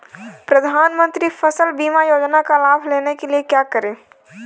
प्रधानमंत्री फसल बीमा योजना का लाभ लेने के लिए क्या करें?